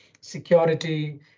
security